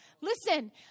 Listen